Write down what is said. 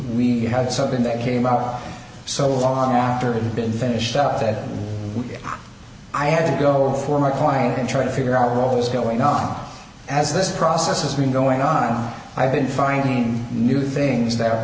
we had something that came out so long after it had been finished up that i had to go for my client and try to figure out what was going off as this process has been going on i have been finding new things that